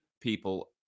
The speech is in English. people